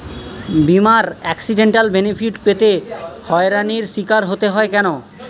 বিমার accidental benefit পেতে হয়রানির স্বীকার হতে হয় কেন?